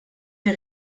der